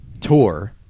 tour